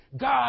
God